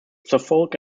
suffolk